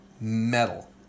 metal